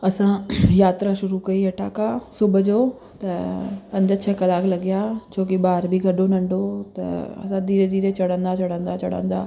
असां यात्रा शुरू कई हेठा खां सुबुह जो त पंज छह कलाक लॻिया छो कि ॿार बि गॾु हो नंढो त असां धीरे धीरे चढ़ंदा चढ़ंदा चढ़ंदा